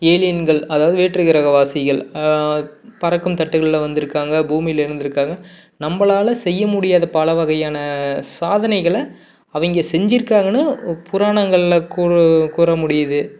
ஏலியன்கள் அதாவது வேற்று கிரகவாசிகள் பறக்கும் தட்டுகளில் வந்திருக்காங்க பூமியில் இருந்திருக்காங்க நம்பளால் செய்ய முடியாத பல வகையான சாதனைகளை அவங்க செஞ்சுருக்காங்கன்னு புராணங்களில் கூ கூறமுடியுது